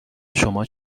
شما